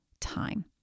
time